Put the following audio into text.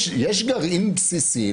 יש גרעין בסיסי,